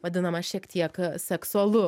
vadinama šiek tiek seksualu